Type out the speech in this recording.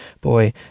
Boy